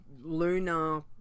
Luna